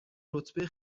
رتبه